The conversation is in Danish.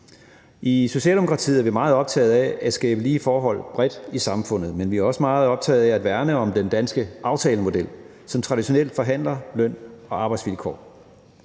I Socialdemokratiet er vi meget optaget af at skabe lige forhold bredt i samfundet, men vi er også meget optaget af at værne om den danske aftalemodel, som traditionelt forhandler løn- og arbejdsvilkår.